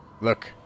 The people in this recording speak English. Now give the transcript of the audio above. Look